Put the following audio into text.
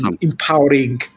empowering